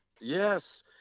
Yes